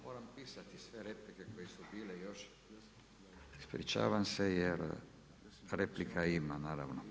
Moram pisati sve replike koje su bile i još, ispričavam se, jer replika ima, naravno.